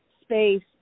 space